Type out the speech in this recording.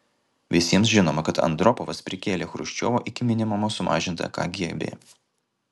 visiems žinoma kad andropovas prikėlė chruščiovo iki minimumo sumažintą kgb